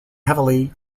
heavily